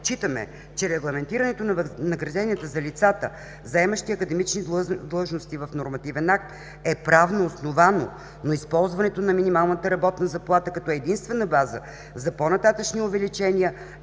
Считаме, че регламентирането на възнагражденията за лицата, заемащи академични длъжности в нормативен акт, е правно основано, но използването на минималната работна заплата като единствена база за по-нататъшни увеличения